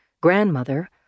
grandmother